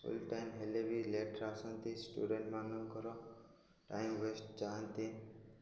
school time ହେଲେ ବି late ଆସନ୍ତି ଷ୍ଟୁଡ଼େଣ୍ଟ ମାନଙ୍କର ଟାଇମ୍ ୱେଷ୍ଟ ଯାଆନ୍ତି